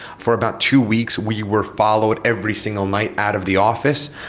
for about two weeks we were followed every single night out of the office.